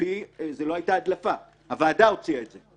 זו לא הייתה הדלפה, הוועדה הוציאה את זה.